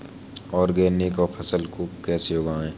Organic फसल को कैसे उगाएँ?